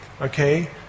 okay